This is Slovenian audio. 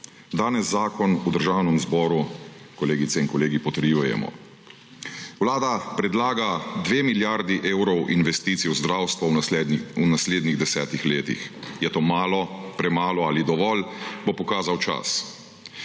Danes zakon v Državnem zboru, kolegice in kolegi, potrjujemo. Vlada predlaga dve milijardi evrov investicij v zdravstvo v naslednjih desetih letih. Je to malo, premalo ali dovolj, bo pokazal čas.